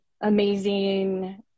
amazing